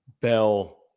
bell